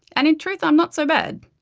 and in truth, i'm not so bad.